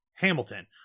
Hamilton